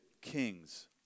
kings